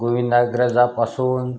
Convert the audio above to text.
गोविंदाग्रजापासून